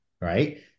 Right